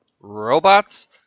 Robots